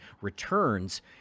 returns